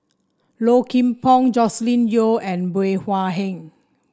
Low Kim Pong Joscelin Yeo and Bey Hua Heng